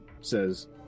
says